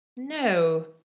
No